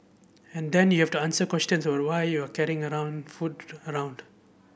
and then you have to answer questions about why you carrying around food around